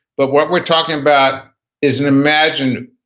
but what we're talking about is an imagined,